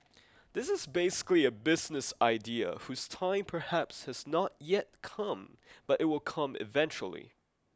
this is basically a business idea whose time perhaps has not yet come but it will come eventually